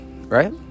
right